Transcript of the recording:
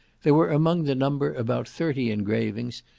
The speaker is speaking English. there were among the number about thirty engravings,